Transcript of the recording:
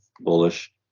bullish